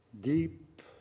deep